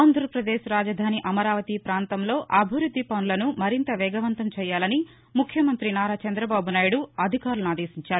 ఆంధ్రప్రదేశ్ రాజధాని అమరావతి ప్రాంతంలో అభివృద్ది పనులను మరింత వేగవంతం చేయాలని ముఖ్యమంతి నారా చంద్రబాబు నాయుడు అధికారులను ఆదేశించారు